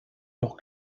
noch